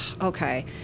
okay